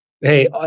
Hey